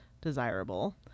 desirable